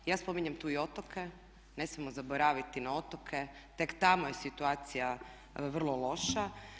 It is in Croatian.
Ja spominjem tu i otoke, ne smijemo zaboraviti na otoke, tek tamo je situacija vrlo loša.